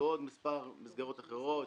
ועוד מספר מסגרות אחרות,